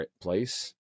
place